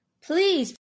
Please